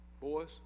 Boys